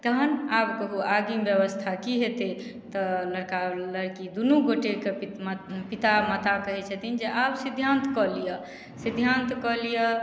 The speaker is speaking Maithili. तहन आब कहू आगे व्यवस्था की हेतै तऽ लड़का लड़की दुनू गोटे कऽ पिता माता कहै छथिन जे आब सिद्धांत कऽ लिअ सिद्धांत कऽ लियऽ